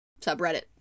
subreddit